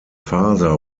father